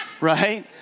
Right